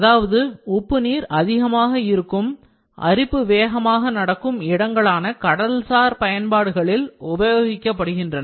அதாவது உப்பு நீர் அதிகமாக இருக்கும் அரிப்பு வேகமாக நடக்கும் இடங்களான கடல்சார் பயன்பாடுகளில் உபயோகிக்கப்படுகின்றன